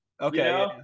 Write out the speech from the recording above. Okay